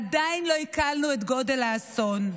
עדיין לא עיכלנו את גודל האסון.